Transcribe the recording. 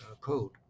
code